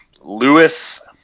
Lewis